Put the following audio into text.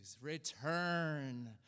return